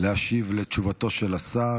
להשיב לתשובתו של השר.